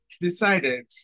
decided